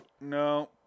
no